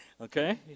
Okay